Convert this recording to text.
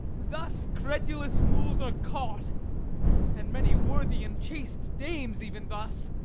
thus credulous fools are caught and many worthy and chaste dames even thus,